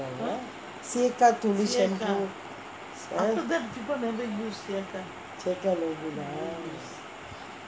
சியக்காய் தூளு:siyakkai thoolu shampoo சியக்கா:siyakaa no good ah